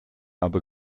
aber